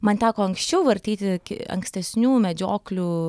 man teko anksčiau vartyti ankstesnių medžioklių